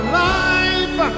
life